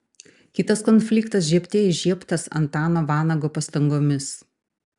kitas konfliktas žiebte įžiebtas antano vanago pastangomis